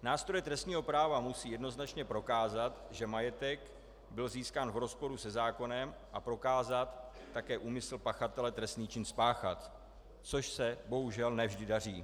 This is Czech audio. Nástroje trestního práva musí jednoznačně prokázat, že majetek byl získán v rozporu se zákonem, a prokázat také úmysl pachatele trestný čin spáchat, což se bohužel ne vždy daří.